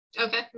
okay